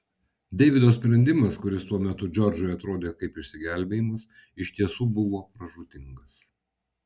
deivido sprendimas kuris tuo metu džordžui atrodė kaip išsigelbėjimas iš tiesų buvo pražūtingas